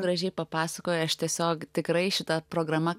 gražiai papasakojo aš tiesiog tikrai šita programa